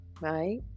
Right